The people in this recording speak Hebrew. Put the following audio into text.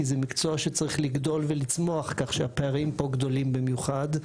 כי זה מקצוע שצריך לגדול ולצמוח כך שהפערים פה גדולים במיוחד.